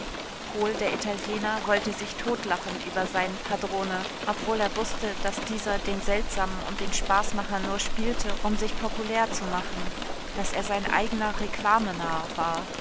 pohl der italiener wollte sich totlachen über seinen padrone obwohl er wußte daß dieser den seltsamen und den spaßmacher nur spielte um sich populär zu machen daß er sein eigener reklamenarr war